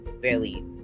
barely